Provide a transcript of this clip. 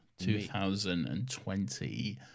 2020